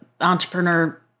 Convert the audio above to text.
entrepreneur